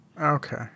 okay